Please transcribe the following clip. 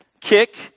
kick